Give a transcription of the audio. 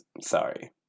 Sorry